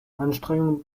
anstrengung